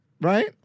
Right